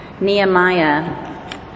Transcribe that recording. Nehemiah